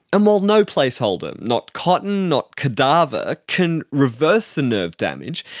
and while no placeholder, not cotton, not cadaver, can reverse the nerve damage,